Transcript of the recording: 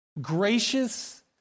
Gracious